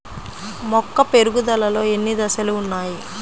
మొక్క పెరుగుదలలో ఎన్ని దశలు వున్నాయి?